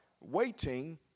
waiting